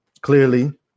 clearly